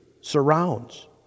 surrounds